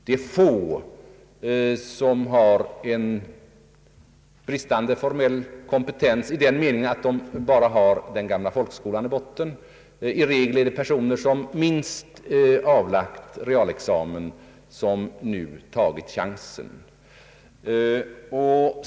Det är ett fåtal med bristande formell kompetens i den meningen, att de bara har den gamla folkskolan i botten. I regel rör det sig om personer som minst avlagt realexamen och som nu tagit chansen.